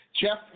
Jeff